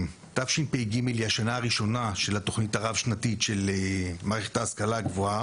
תשפ"ג היא השנה הראשונה של התוכנית הרב-שנתית של מערכת ההשכלה הגבוהה.